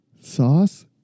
Sauce